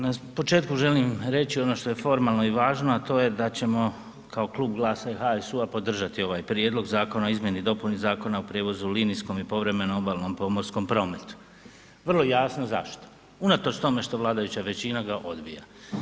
Na početku želim reći ono što je formalno i važno a to je da ćemo kao klub GLAS-a i HSU-a podržati ovaj Prijedlog zakona o Izmjeni i dopuni Zakona o prijevozu linijskom i povremenom obalnom i pomorskom prometu, Vrlo jasno zašto unatoč tome što vladajuća većina ga odbija.